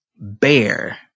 bear